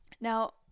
Now